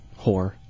Whore